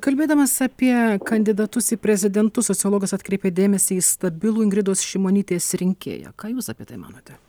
kalbėdamas apie kandidatus į prezidentus sociologas atkreipė dėmesį į stabilų ingridos šimonytės rinkėją ką jūs apie tai manote